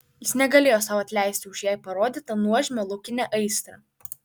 jis negalėjo sau atleisti už jai parodytą nuožmią laukinę aistrą